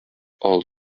all